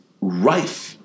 rife